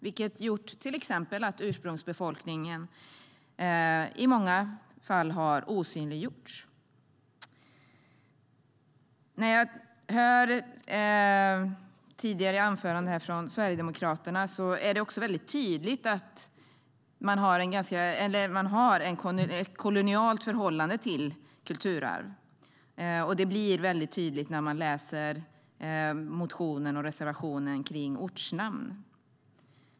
Det har gjort att till exempel ursprungsbefolkningen i många fall har osynliggjorts. När jag har lyssnat på det tidigare anförandet från Sverigedemokraterna är det ganska tydligt att de har ett kolonialt förhållande till kulturarv. Det blir mycket tydligt när man läser motionen och reservationen om ortnamn.